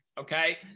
Okay